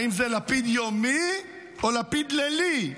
האם זה לפיד יומי או לפיד לילי?